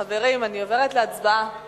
חברים, אני עוברת להצבעה, בבקשה.